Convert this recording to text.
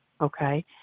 okay